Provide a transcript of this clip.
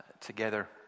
together